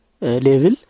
level